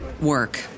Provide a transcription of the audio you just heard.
work